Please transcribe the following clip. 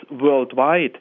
worldwide